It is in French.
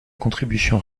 contribution